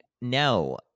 No